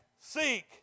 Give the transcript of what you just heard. seek